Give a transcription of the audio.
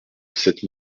sept